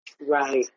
Right